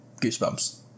Goosebumps